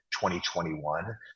2021